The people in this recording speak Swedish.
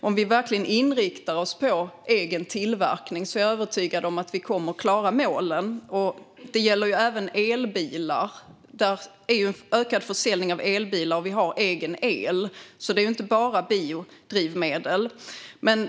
Om vi verkligen inriktar oss på egen tillverkning är jag övertygad om att vi kommer att klara målen. Det gäller även elbilar - försäljningen ökar, och vi har egen el. Det handlar alltså inte bara om biodrivmedel.